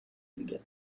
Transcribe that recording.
دیگه